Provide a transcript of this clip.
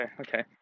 okay